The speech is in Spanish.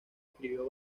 escribió